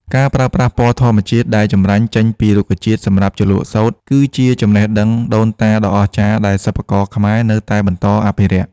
ការប្រើប្រាស់ពណ៌ធម្មជាតិដែលចម្រាញ់ចេញពីរុក្ខជាតិសម្រាប់ជ្រលក់សូត្រ គឺជាចំណេះដឹងដូនតាដ៏អស្ចារ្យដែលសិប្បករខ្មែរនៅតែបន្តអភិរក្ស។